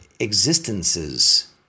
existences